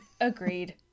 Agreed